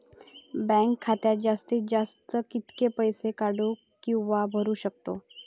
Bank खात्यात जास्तीत जास्त कितके पैसे काढू किव्हा भरू शकतो?